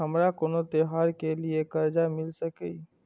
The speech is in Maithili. हमारा कोनो त्योहार के लिए कर्जा मिल सकीये?